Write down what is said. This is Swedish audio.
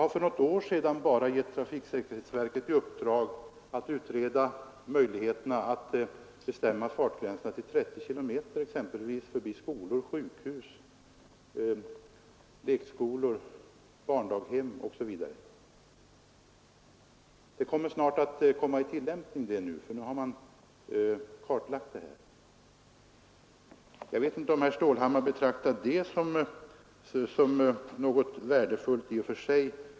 Bara för något år sedan gav jag trafiksäkerhetsverket i uppdrag att utreda möjligheterna att bestämma fartgränsen till exempelvis 30 km vid skolor, sjukhus, lekskolor, barndaghem osv. Ett sådant system kommer snart att tillämpas, för nu har en kartläggning skett. Jag vet inte om herr Stålhammar betraktar det som något värdefullt i och för sig.